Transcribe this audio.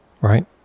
right